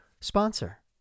Sponsor